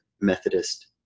Methodist